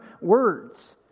words